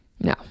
No